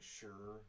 sure